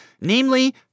Namely